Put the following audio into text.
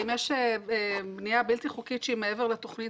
אם יש בנייה בלתי חוקית שהיא מעבר לתוכנית